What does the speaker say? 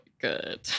good